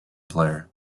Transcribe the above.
player